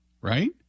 Right